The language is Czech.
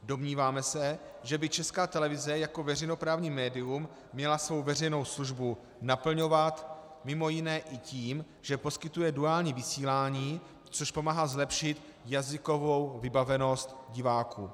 Domníváme se, že by Česká televize jako veřejnoprávní médium měla svou veřejnou službu naplňovat mimo jiné i tím, že poskytuje duální vysílání, což pomáhá zlepšit jazykovou vybavenost diváků.